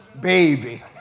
baby